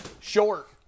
Short